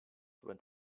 went